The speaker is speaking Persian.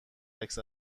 عکس